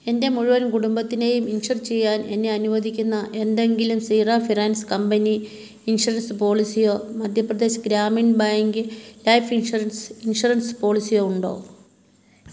എൻ്റെ മുഴുവൻ കുടുംബത്തിനെയും ഇൻഷുർ ചെയ്യാൻ എന്നെ അനുവദിക്കുന്ന എന്തെങ്കിലും ശ്രീറാം ഫിനാൻസ് കമ്പനി ഇൻഷുറൻസ് പോളിസിയോ Madhya Pradesh Gramin bank life insurance insurance പോളിസിയോ ഉണ്ടോ